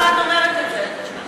איך את יודעת שזה שקרים?